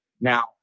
now